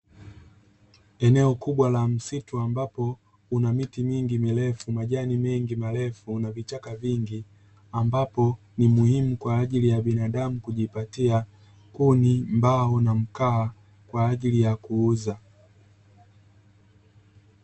Eneo kubwa la msitu ambapo una miti mingi mirefu, majani mengi marefu na vichaka vingi, ambapo ni muhimu kwa ajili ya binadamu kujipatia kuni, mbao, na mkaa kwa ajili ya kuuza.